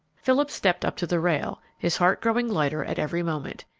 philip stepped to the rail, his heart growing lighter at every moment.